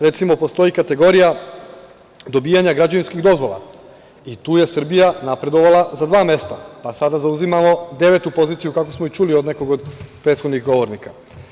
Recimo, postoji kategorija dobijanje građevinskih dozvola i tu je Srbija napredovala za dva mesta, a sada zauzimalo devetu poziciju, kako smo i čuli od nekog od prethodnih govornika.